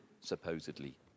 Supposedly